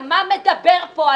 על מה הוא מדבר בכלל?